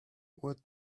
what